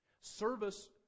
Service